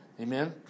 amen